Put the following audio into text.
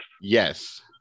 Yes